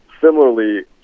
Similarly